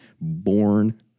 born